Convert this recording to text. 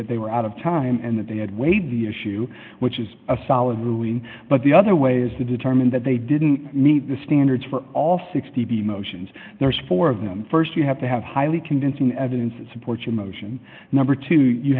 that they were out of time and that they had weight issue which is a solid but the other way to determine that they didn't the standards for all sixty emotions there's four of them st you have to have highly convincing evidence to support your motion number two you